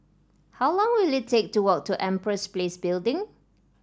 how long will it take to walk to Empress Place Building